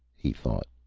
he thought.